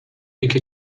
اینکه